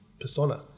persona